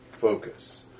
focus